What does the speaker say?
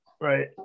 Right